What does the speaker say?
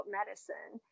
medicine